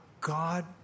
God